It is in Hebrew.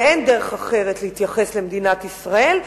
ואין דרך אחרת להתייחס למדינת ישראל,